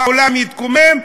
העולם יתקומם,